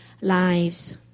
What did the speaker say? lives